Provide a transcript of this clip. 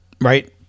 right